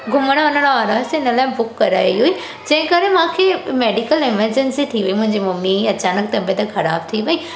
घुमण वञण वारा हुयासीं हिन लाइ बुक कराई हुई जंहिं करे मूंखे मेडिकल एमर्जेंसी थी वई मुंहिंजी मम्मीअ जी अचानक तबियत ख़राबु थी वई